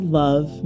love